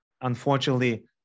unfortunately